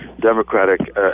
democratic